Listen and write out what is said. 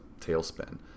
tailspin